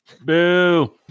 boo